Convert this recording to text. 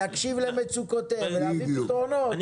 להקשיב למצוקותיהם ולהביא פתרונות,